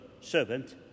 servant